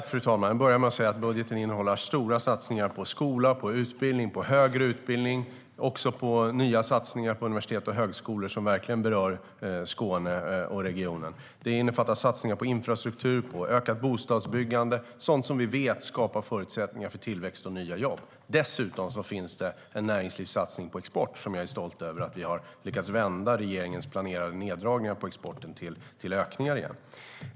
Fru talman! Jag börjar med att säga att budgeten innehåller stora satsningar på skola, utbildning och högre utbildning liksom nya satsningar på universitet och högskolor som verkligen berör Skåne och regionen. Den innefattar satsningar på infrastruktur och ökat bostadsbyggande - sådant som vi vet skapar förutsättningar för tillväxt och nya jobb. Dessutom finns det en näringslivssatsning på export, där jag är stolt över att vi har lyckats vända regeringens planerade neddragningar på exporten till ökningar igen.